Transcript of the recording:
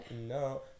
No